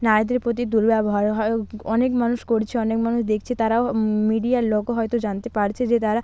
নারীদের প্রতি দুর্ব্যবহারও হয় অনেক মানুষ করছে অনেক মানুষ দেখছে তারাও মিডিয়ার লোকও হয়তো জানতে পারছে যে তারা